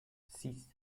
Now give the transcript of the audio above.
six